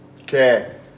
Okay